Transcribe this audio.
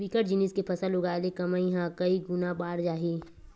बिकट जिनिस के फसल उगाय ले कमई ह कइ गुना बाड़ जाही